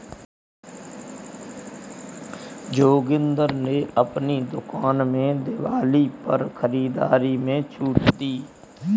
जोगिंदर ने अपनी दुकान में दिवाली पर खरीदारी में छूट दी